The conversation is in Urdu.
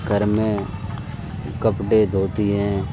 گھر میں کپڑے دھوتی ہیں